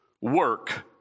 work